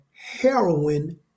heroin